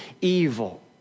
evil